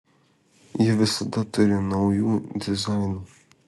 ji visada turi naujų dizainų